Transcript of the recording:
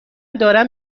دارم